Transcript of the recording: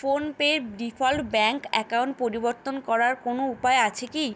PhonePe default bank account পরিবর্তন করার কোনো উপায় আছে কি